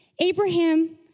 Abraham